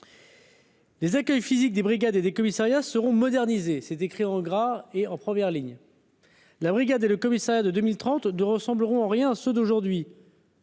Les accueil physique des brigades et des commissariats seront modernisés, c'est écrit en gras et en première ligne la brigade et le commissariat de 2032 ressembleront en rien ceux d'aujourd'hui.